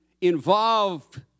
involved